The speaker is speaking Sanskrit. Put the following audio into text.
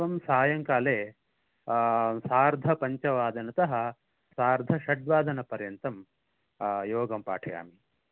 एवं सायङ्काले सार्धपञ्चवादनतः सार्धषड्वादनपर्यन्तम् योगं पाठयामि